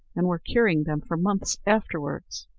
and were curing them for months afterwards.